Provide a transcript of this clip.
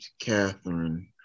Catherine